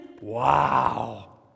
Wow